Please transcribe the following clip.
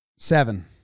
Seven